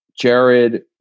Jared